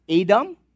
Adam